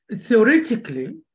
theoretically